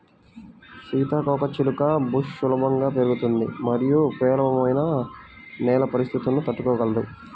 సీతాకోకచిలుక బుష్ సులభంగా పెరుగుతుంది మరియు పేలవమైన నేల పరిస్థితులను తట్టుకోగలదు